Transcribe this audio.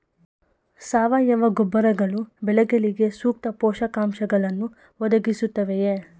ಸಾವಯವ ಗೊಬ್ಬರಗಳು ಬೆಳೆಗಳಿಗೆ ಸೂಕ್ತ ಪೋಷಕಾಂಶಗಳನ್ನು ಒದಗಿಸುತ್ತವೆಯೇ?